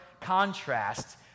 contrast